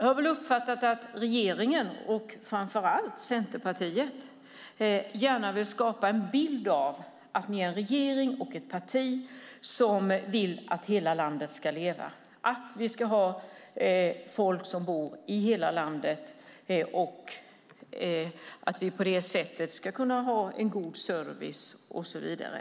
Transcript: Jag har uppfattat att regeringen, och framför allt Centerpartiet, gärna vill skapa en bild av att de vill att hela landet ska leva, att vi ska ha folk som bor i hela landet, att vi på det sättet ska ha god service och så vidare.